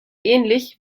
ähnlich